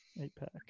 Eight-pack